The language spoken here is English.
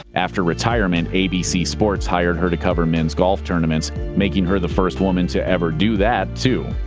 after retirement, abc sports hired her to cover men's golf tournaments, making her the first woman to ever do that, too.